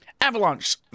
Avalanche